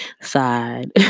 side